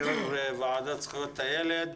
יושב ראש הוועדה לזכויות הילד.